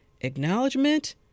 acknowledgement